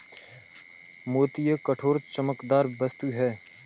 मोती एक कठोर, चमकदार वस्तु है